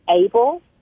able